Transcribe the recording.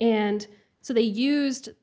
and so they used the